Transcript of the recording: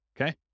okay